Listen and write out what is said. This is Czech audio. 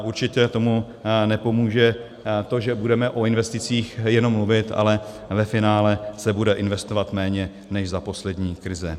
Určitě tomu nepomůže to, že budeme o investicích jenom mluvit, ale ve finále se bude investovat méně než za poslední krize.